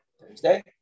Thursday